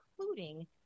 including